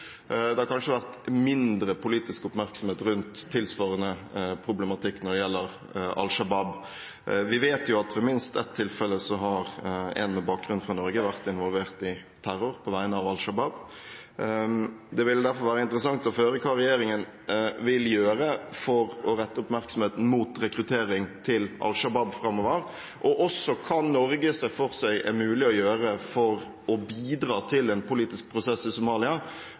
Det har kanskje vært mindre politisk oppmerksomhet rundt tilsvarende problematikk når det gjelder Al Shabaab. Vi vet at ved minst ett tilfelle har én med bakgrunn fra Norge vært involvert i terror på vegne av Al Shabaab. Det vil derfor være interessant å få høre hva regjeringen vil gjøre for å rette oppmerksomheten mot rekruttering til Al Shabaab framover, og også hva Norge ser for seg er mulig å gjøre for å bidra til en politisk prosess i Somalia